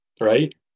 right